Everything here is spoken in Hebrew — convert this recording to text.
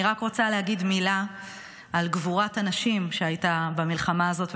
אני רק רוצה להגיד מילה על גבורת הנשים שהייתה במלחמה הזאת,